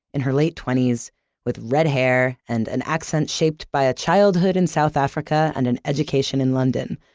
in her late-twenties with red hair, and an accent shaped by a childhood in south africa and an education in london.